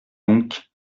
donc